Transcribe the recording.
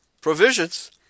provisions